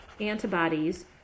antibodies